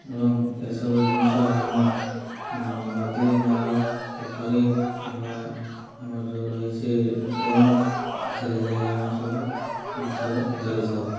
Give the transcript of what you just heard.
ଏବଂ ଏସବୁ ଜିନିଷ ଆମେ ନଦୀ ନାଳ ପୋଖରୀ କିମ୍ବା ଆମର ଯେଉଁ ରହିଛି ଡ୍ୟାମ୍ ଏଥିରେ ଯାଇ ଆମେ ସବୁ ମାଛ ଧରିଥାଉ